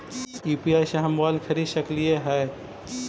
UPI से हम mobile खरिद सकलिऐ है